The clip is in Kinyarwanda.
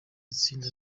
itsinda